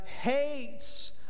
hates